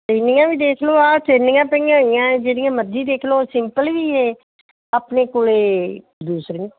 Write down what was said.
ਚੈਨੀਆਂ ਵੀ ਦੇਖ ਲਓ ਆਹ ਚੈਨੀਆਂ ਪਈਆਂ ਹੋਈਆਂ ਜਿਹੜੀਆਂ ਮਰਜ਼ੀ ਦੇਖ ਲਓ ਸਿੰਪਲ ਵੀ ਹੈ ਆਪਣੇ ਕੋਲੇ ਦੂਸਰੇ